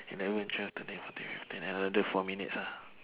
eleven twelve thirteen fourteen fifteen another four minutes ah